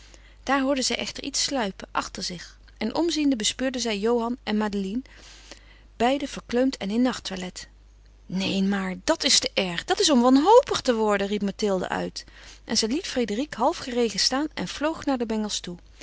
daar hoorde zij echter iets sluipen achter zich en omziende bespeurde zij johan en madeline beiden verkleumd en in nachttoilet neen maar dat is te erg dat is om wanhopig te worden riep mathilde uit en zij liet frédérique half geregen staan en vloog naar de bengels toe